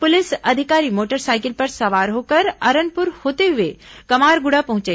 police अधिकारी motorcycle पर सवार होकर अरनपुर होते हुए कमारगुड़ा पहुंचे